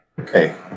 Okay